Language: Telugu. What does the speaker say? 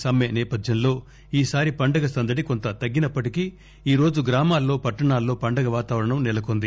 సమ్మె నేపథ్యంలో ఈసారి పండగ సందడి కొంత తగ్గినప్పటికీ ఈరోజు గ్రామాల్లో పట్షణాలలో పండగ వాతావరణం నెలకొంది